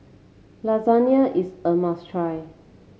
Lasagne is a must try